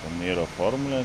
tam yra formulė